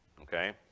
Okay